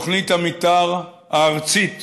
תוכנית המתאר הארצית